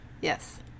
Yes